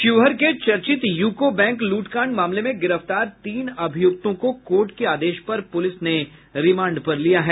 शिवहर के चर्चित UCO bank लूटकांड मामले में गिरफ्तार तीन अभियूक्तों को कोर्ट के आदेश पर पुलिस ने रिमांड पर लिया है